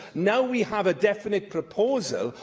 now we have a definite proposal,